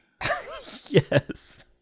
Yes